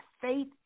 faith